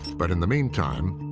but in the meantime,